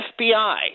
FBI